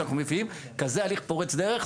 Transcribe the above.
כשאנחנו מביאים כזה הליך פורץ דרך?